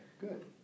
good